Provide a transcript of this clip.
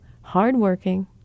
hardworking